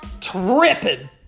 tripping